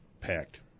packed